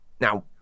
Now